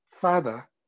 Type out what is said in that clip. father